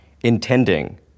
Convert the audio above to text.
intending